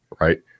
right